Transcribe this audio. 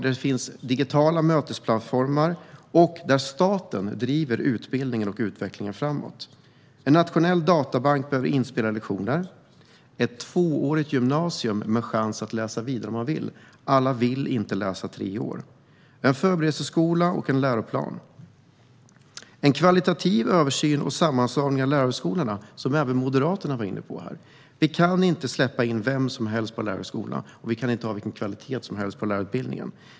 Det ska finnas digitala mötesplattformar där staten driver utbildningen och utvecklingen framåt, en nationell databank med inspelade lektioner, ett tvåårigt gymnasium med chans att läsa vidare om man vill - alla vill inte läsa tre år - en förberedelseskola och en läroplan. Det ska göras en kvalitativ översyn, och lärarhögskolorna ska slås samman, vilket även Moderaterna var inne på. Vi kan inte släppa in vem som helst på lärarhögskolorna, och vi kan inte ha vilken kvalitet som helst på lärarutbildningen.